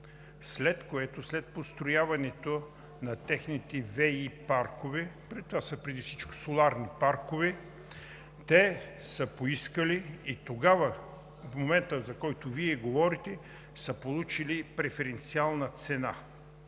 райони“ и след построяването на техните ВЕИ паркове – това са преди всичко соларни паркове, те са поискали и тогава, в момента, за който Вие говорите, са получили преференциална цена.